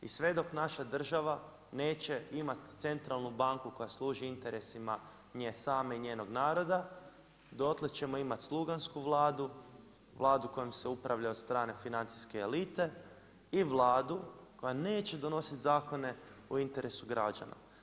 I sve dok naša država neće imati centralnu banku koja služi interesima nje same i njenog naroda dotle ćemo imati slugansku Vladu, Vladu kojom se upravlja od strane financijske elite i Vladu koja neće donosit zakone u interesu građana.